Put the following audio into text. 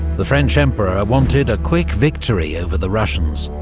the french emperor wanted a quick victory over the russians,